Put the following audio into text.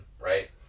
right